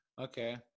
okay